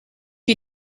you